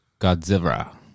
Godzilla